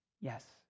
yes